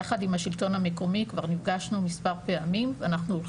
יחד עם השלטון המקומי, כבר נפגשנו מספר פעמים.